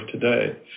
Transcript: today